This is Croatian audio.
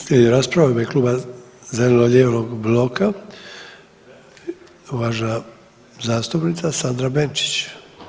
Slijedi rasprava u ime Kluba zeleno-lijevog bloka, uvažena zastupnica Sandra Benčić.